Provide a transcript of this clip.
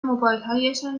موبایلهایشان